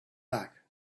back